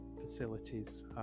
facilities